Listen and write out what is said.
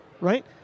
Right